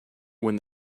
when